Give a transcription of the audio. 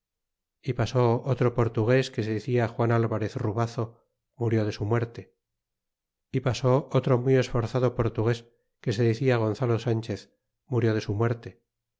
e pasó otro portugues que se decia juan alvarez rubazo murió de su muerte e pasó otro muy esforzado portugues que se decia gonzalo sanchez murió de su muerte